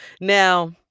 Now